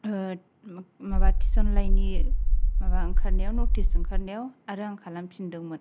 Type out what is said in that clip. माबा थिसननायनि माबा ओंखारनायाव नटिस ओंखारनाआव आरो आं खालाम फिनदोंमोन